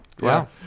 Wow